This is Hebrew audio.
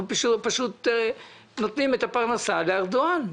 אנחנו פשוט נותנים את הפרנסה לארדואן.